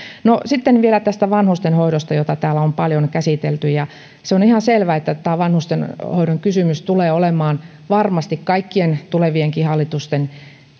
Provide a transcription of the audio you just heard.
sitten vielä tästä vanhustenhoidosta jota täällä on paljon käsitelty se on ihan selvä että tämä vanhustenhoidon kysymys tulee olemaan varmasti kaikkien tulevienkin hallitusten